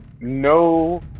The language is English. No